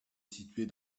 située